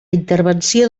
intervenció